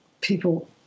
people